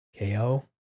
KO